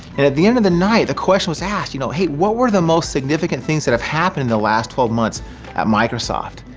and at the end of the night, the question was asked, you know hey, what were the most significant things that have happened in the last twelve months at microsoft?